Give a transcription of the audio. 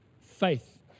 faith